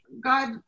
God